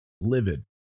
livid